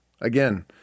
Again